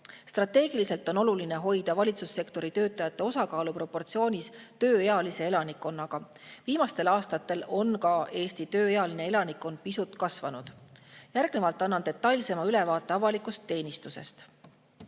Strateegiliselt on oluline hoida valitsussektori töötajate osakaalu proportsioonis tööealise elanikkonnaga. Viimastel aastatel on ka Eesti tööealine elanikkond pisut kasvanud. Järgnevalt annan detailsema ülevaate avalikust teenistusest.